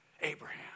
Abraham